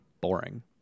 boring